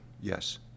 yes